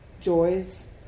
joys